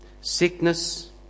sickness